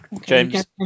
James